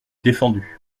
défendu